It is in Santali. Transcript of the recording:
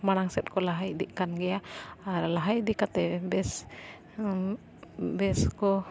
ᱢᱟᱲᱟᱝ ᱥᱮᱫ ᱠᱚ ᱞᱟᱦᱟ ᱤᱫᱤᱜ ᱠᱟᱱ ᱜᱮᱭᱟ ᱟᱨ ᱞᱟᱦᱟ ᱤᱫᱤ ᱠᱟᱛᱮᱫ ᱵᱮᱥ ᱵᱮᱥ ᱠᱚ